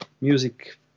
music